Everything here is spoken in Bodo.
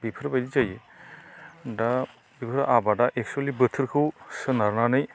बेफोरबायदि जायो दा बेफोर आबादा एक्टसुलि बोथोरखौ सोनारनानै